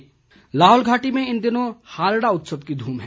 हालडा उत्सव लाहौल घाटी में इन दिनों हालडा उत्सव की धूम है